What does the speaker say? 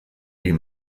egin